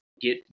get